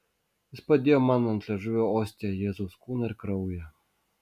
jis padėjo man ant liežuvio ostiją jėzaus kūną ir kraują